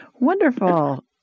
Wonderful